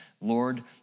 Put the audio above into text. Lord